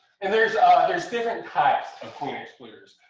and there's ah there's different types and queen excluders.